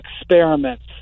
experiments